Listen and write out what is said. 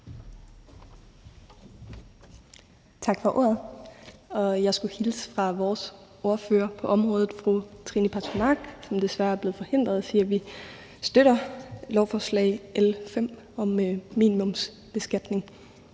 Tak for ordet. Jeg skulle hilse fra vores ordfører på området, fru Trine Pertou Mach, som desværre er blevet forhindret, og sige, at vi støtter lovforslag nr. L 5 om minimumsbeskatning.